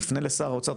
תפנה לשר האוצר,